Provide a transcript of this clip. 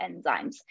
enzymes